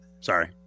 Sorry